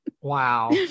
Wow